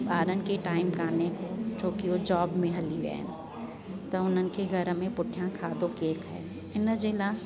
ॿारनि खे टाइम कोन्हे को छोकि उहा जॉब में हली विया आहिनि त उननि खे घर में पुठियां खाधो केरु ठाहे हिनजे ला